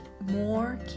more